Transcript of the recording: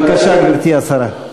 בבקשה, גברתי השרה.